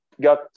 got